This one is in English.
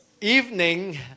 evening